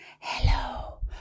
hello